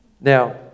Now